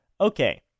okay